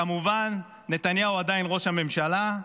כמובן נתניהו עדיין ראש ממשלה,